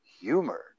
humor